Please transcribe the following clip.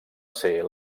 ser